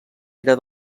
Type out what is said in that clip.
era